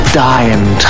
dying